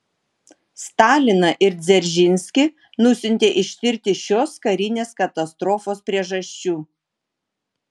staliną ir dzeržinskį nusiuntė ištirti šios karinės katastrofos priežasčių